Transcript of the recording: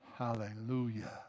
Hallelujah